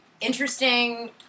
Interesting